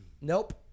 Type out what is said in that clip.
Nope